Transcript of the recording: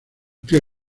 tío